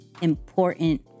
important